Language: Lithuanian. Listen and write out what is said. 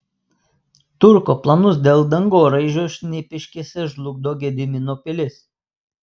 turko planus dėl dangoraižio šnipiškėse žlugdo gedimino pilis